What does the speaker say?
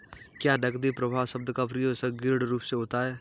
क्या नकदी प्रवाह शब्द का प्रयोग संकीर्ण रूप से होता है?